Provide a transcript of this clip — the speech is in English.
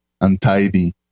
untidy